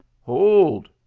hold